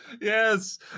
yes